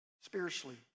spiritually